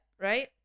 right